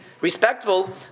respectful